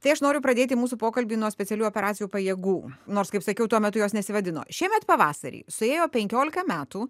tai aš noriu pradėti mūsų pokalbį nuo specialiųjų operacijų pajėgų nors kaip sakiau tuo metu jos nesivadino šiemet pavasarį suėjo penkiolika metų